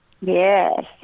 Yes